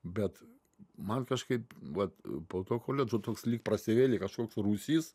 bet man kažkaip vat po to koledžo toks lyg prasivėrė kažkoks rūsys